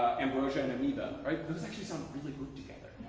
ambrosia and amoeba, those actually sound really good together.